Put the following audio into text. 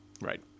right